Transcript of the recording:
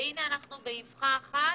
והנה אנחנו באבחה אחת